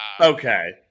Okay